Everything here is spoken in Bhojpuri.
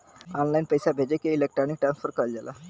ऑनलाइन पइसा भेजे के इलेक्ट्रानिक ट्रांसफर कहल जाला